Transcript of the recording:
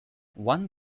one